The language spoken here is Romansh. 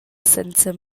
senza